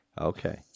Okay